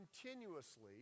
continuously